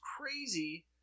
crazy